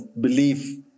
belief